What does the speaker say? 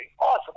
Awesome